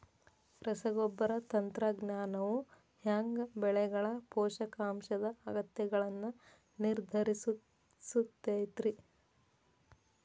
ರಸಗೊಬ್ಬರ ತಂತ್ರಜ್ಞಾನವು ಹ್ಯಾಂಗ ಬೆಳೆಗಳ ಪೋಷಕಾಂಶದ ಅಗತ್ಯಗಳನ್ನ ನಿರ್ಧರಿಸುತೈತ್ರಿ?